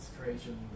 creation